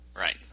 Right